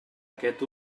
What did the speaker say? aquest